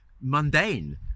mundane